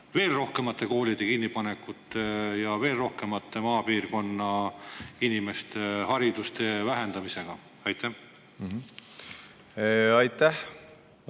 veel rohkemate koolide kinnipanekute ja veel rohkemate maapiirkonna inimeste haridustee vähendamisega? Aitäh,